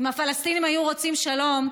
אם הפלסטינים היו רוצים שלום,